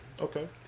Okay